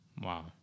Wow